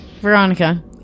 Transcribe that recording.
Veronica